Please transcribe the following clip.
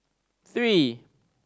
three